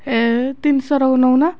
ଏ ତିନିଶହ ରହୁ ନେଉନ